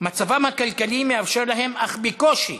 מצבם הכלכלי מאפשר להם אך בקושי